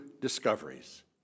discoveries